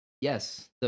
Yes